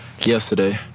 yesterday